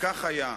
שכך היה: